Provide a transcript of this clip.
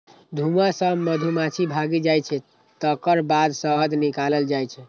धुआं सं मधुमाछी भागि जाइ छै, तकर बाद शहद निकालल जाइ छै